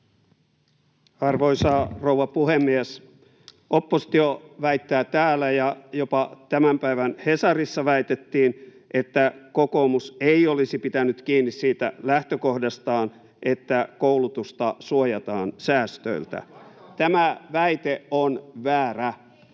Arvoisa rouva puhemies! Oppositio väittää täällä ja jopa tämän päivän Hesarissa väitettiin, että kokoomus ei olisi pitänyt kiinni siitä lähtökohdastaan, että koulutusta suojataan säästöiltä. [Välihuutoja